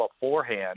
beforehand